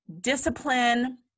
discipline